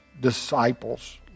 disciples